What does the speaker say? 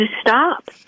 stop